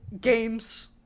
games